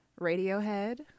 Radiohead